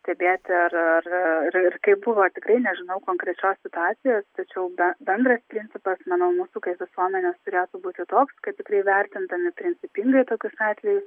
stebėti ar ar ir kaip buvo tikrai nežinau konkrečios situacijos tačiau na bendras principas manau mūsų kaip visuomenės turėtų būti toks kad tikrai vertindami principingai tokius atvejus